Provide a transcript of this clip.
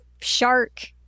shark